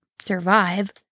survive